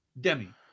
Demi